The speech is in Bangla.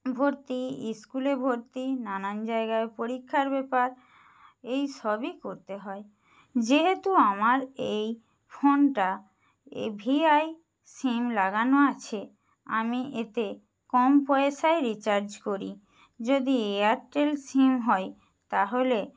ভর্তি স্কুলে ভর্তি নানান জায়গায় পরীক্ষার ব্যাপার এই সবই করতে হয় যেহেতু আমার এই ফোনটা এ ভি আই সিম লাগানো আছে আমি এতে কম পয়সায় রিচার্জ করি যদি এয়ারটেল সিম হয় তাহলে